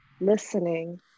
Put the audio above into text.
listening